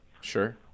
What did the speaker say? Sure